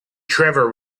trevor